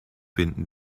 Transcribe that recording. binden